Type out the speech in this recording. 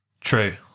True